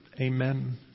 Amen